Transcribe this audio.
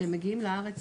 כשהם מגיעים לארץ,